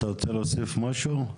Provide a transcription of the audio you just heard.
אתה רוצה להוסיף משהו?